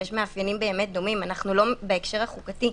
כי יש מאפיינים באמת דומים בהקשר החוקתי.